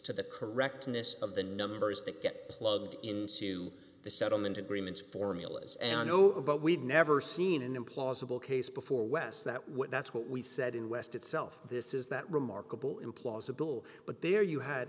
to the correctness of the numbers that get plugged into the settlement agreements formulas and i know but we've never seen an implausible case before wes that what that's what we said in west itself this is that remarkable implausible but there you had